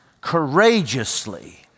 courageously